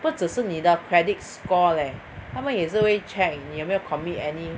不只是你的 credit score leh 他们也是会 check 你有没有 commit any